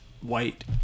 white